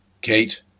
Kate